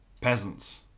peasants